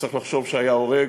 וצריך לחשוב שהיה הורג,